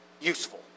useful